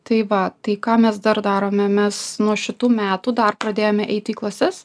tai va tai ką mes dar darome mes nuo šitų metų dar pradėjome eiti į klases